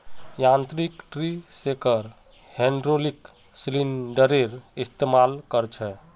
यांत्रिक tree shaker hydraulic सिलिंडरेर इस्तेमाल कर छे